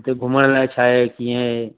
हुते घुमण लाइ छा आहे कीअं आहे